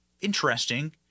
interesting